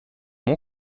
mon